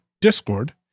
discord